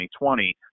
2020